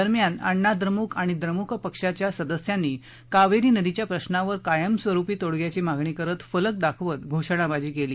दरम्यान अण्णा द्रमुक आणि द्रमुक पक्षाच्या सदस्यांनी कावेरी नदीच्या प्रश्नावर कायमस्वरुपी तोडग्याची मागणी करत फलक दाखवत घोषणाबाजी केली